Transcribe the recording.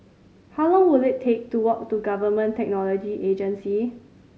how long will it take to walk to Government Technology Agency